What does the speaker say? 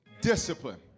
discipline